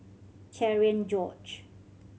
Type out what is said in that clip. Cherian George